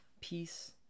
peace